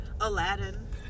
Aladdin